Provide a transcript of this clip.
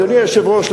אדוני היושב-ראש,